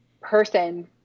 person